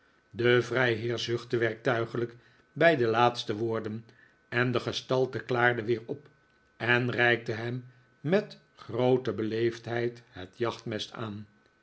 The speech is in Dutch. de vrijheer zuchtte werktuiglijk bij de laatste woorden en de gestalte klaarde weer op en reikte hem met groote beleefdheid het jachtmes aan